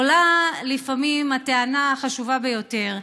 עולה לפעמים טענה חשובה ביותר,